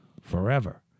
forever